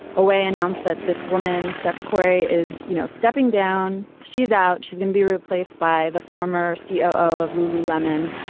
awais announced that this woman, steph curry, is, you know, stepping down. she's out. she's going to be replaced by the former ceo of lululemon.